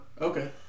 Okay